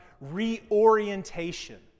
reorientation